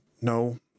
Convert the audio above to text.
No